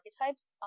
archetypes